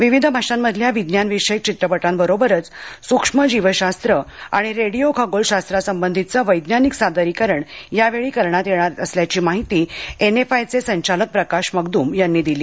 विविध भाषांमधल्या विज्ञान विषयक चित्रपटांबरोबरच सूक्ष्मजीवशास्त्र आणि रेडिओ खगोलशास्त्रासंबंधीचे वैज्ञानिक सादरीकरण यावेळी करण्यात येणार असल्याची माहिती एन एफ आयचे संचालक प्रकाश मगदूम यांनी दिली